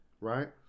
Right